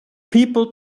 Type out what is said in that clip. people